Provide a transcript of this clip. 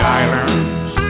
islands